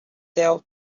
sell